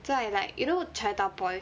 在 like you know chinatown point